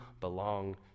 belong